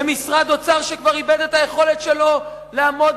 ומשרד אוצר שכבר איבד את היכולת שלו לעמוד